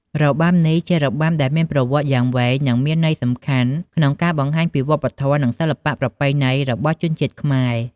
របាំនេះ ជារបាំដែលមានប្រវត្តិយ៉ាងវែងនិងមានន័យសំខាន់ក្នុងការបង្ហាញពីវប្បធម៌ និងសិល្បៈប្រពៃណីរបស់ជនជាតិខ្មែរ។